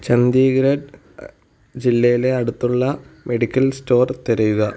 ചണ്ഡീഗഢ് ജില്ലയിലെ അടുത്തുള്ള medical store തിരയുക